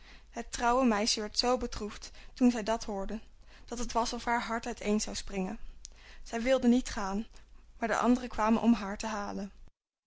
het trouwe meisje werd zoo bedroefd toen zij dat hoorde dat het was of haar hart uiteen zou springen zij wilde niet gaan maar de anderen kwamen om haar te halen